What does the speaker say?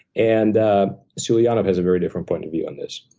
and sulianav has a very different point of view on this.